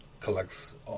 collects